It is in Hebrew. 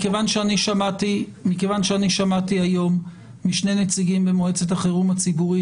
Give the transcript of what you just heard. מכיוון שאני שמעתי היום משני נציגים במועצת החירום הציבורית